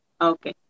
okay